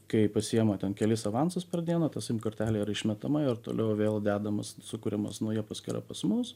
kai pasiema ten kelis avansus per dieną ta sim kortelė yra išmetama ir toliau vėl dedamos sukuriamos nauja paskyra pas mus